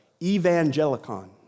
evangelicon